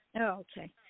Okay